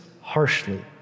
harshly